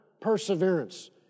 perseverance